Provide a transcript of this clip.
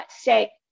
say